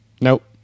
nope